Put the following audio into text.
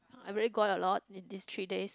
I really got a lot in these three days